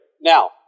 Now